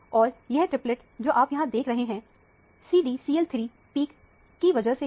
और यह ट्रिपलेट जो आप यहां देख रहे हैं CDCl3 पीक की वजह से है